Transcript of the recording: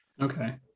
okay